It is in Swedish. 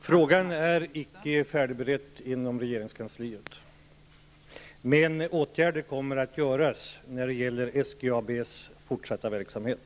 Fru talman! Frågan är icke färdigberedd inom regeringskansliet. Åtgärder kommer att vidtas när det gäller SGABs fortsatta verksamhet.